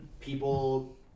People